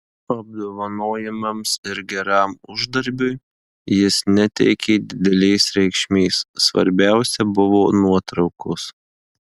apdovanojimams ir geram uždarbiui jis neteikė didelės reikšmės svarbiausia buvo nuotraukos